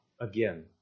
again